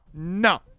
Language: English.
No